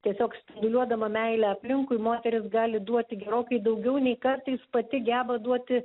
tiesiog spinduliuodama meile aplinkui moteris gali duoti gerokai daugiau nei kartais pati geba duoti